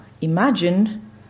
imagine